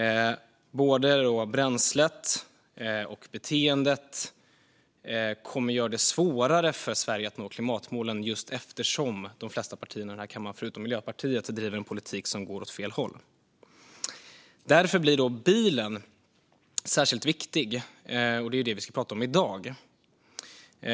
Både bränslet och beteendet kommer att göra det svårare för Sverige att nå klimatmålen just eftersom de flesta partier i denna kammare förutom Miljöpartiet driver en politik som går åt fel håll. Därför blir bilen särskilt viktig, och det är den vi pratar om i dag.